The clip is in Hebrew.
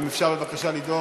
אם אפשר בבקשה לדאוג,